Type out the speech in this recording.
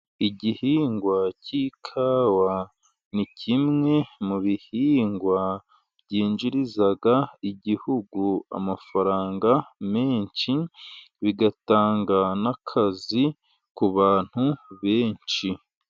Igihingwa cy'ikawa, ni kimwe mu bihingwa byinjiriza igihugu amafaranga menshi, bigatanga n'akazi ku bantu benshi.